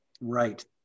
Right